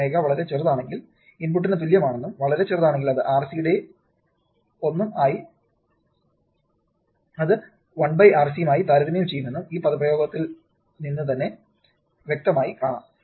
ω വളരെ ചെറുതാണെങ്കിൽ ഇൻപുട്ടിന് തുല്യമാണെന്നും വളരെ ചെറുതാണെങ്കിൽ അത് 1 R C ആയി താരതമ്യം ചെയ്യുമെന്നും ഈ പദപ്രയോഗത്തിൽ നിന്ന് തന്നെ വ്യക്തമായി കാണാം